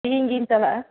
ᱛᱤᱦᱤᱧ ᱜᱮᱧ ᱪᱟᱞᱟᱜᱼᱟ